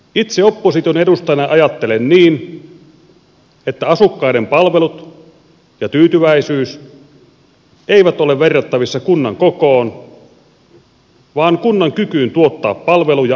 itse opposition edustajana ajattelen niin että asukkaiden palvelut ja tyytyväisyys eivät ole verrattavissa kunnan kokoon vaan kunnan kykyyn tuottaa palveluja asukkailleen